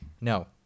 No